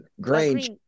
Grange